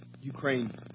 Ukraine